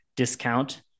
discount